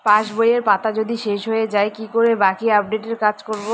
পাসবইয়ের পাতা যদি শেষ হয়ে য়ায় কি করে বাকী আপডেটের কাজ করব?